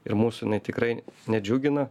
ir mūsų jinai tikrai nedžiugina